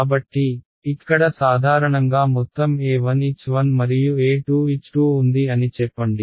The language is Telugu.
కాబట్టి ఇక్కడ సాధారణంగా మొత్తం E1H1 మరియు E2H2 ఉంది అని చెప్పండి